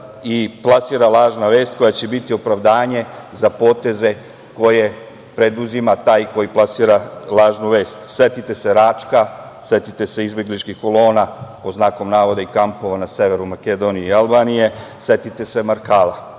i plasira lažna vest koja će biti opravdanje za poteze koje preduzima taj koji plasira lažnu vest. Setite se Račka, setite se izbegličkih kolona pod znakom navoda i kampova na severu Makedonije i Albanije, setite se Markala.